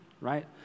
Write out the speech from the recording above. right